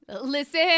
Listen